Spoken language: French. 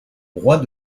roi